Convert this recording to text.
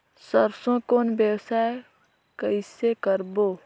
सरसो कौन व्यवसाय कइसे करबो?